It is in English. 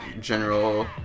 general